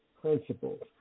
principles